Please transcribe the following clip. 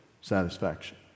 satisfaction